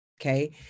Okay